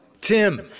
Tim